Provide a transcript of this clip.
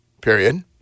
Period